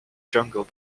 jungle